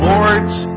Lord's